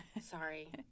Sorry